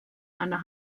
einer